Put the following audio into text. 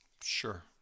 Sure